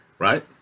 Right